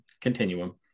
continuum